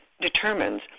determines